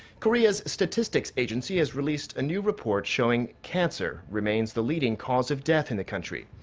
korea's statistics agency has released a new report showing cancer remains the leading cause of death in the country.